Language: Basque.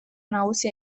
nagusia